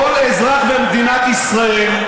כל אזרח במדינת ישראל,